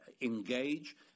engage